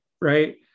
right